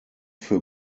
für